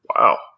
Wow